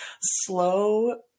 slow